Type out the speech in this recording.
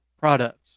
products